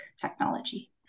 technology